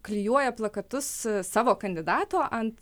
klijuoja plakatus savo kandidato ant